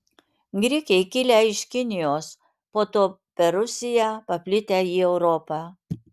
grikiai kilę iš kinijos po to per rusiją paplitę į europą